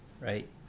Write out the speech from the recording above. right